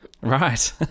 right